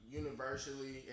universally